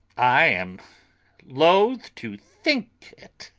i am loath to think it,